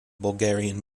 bulgarian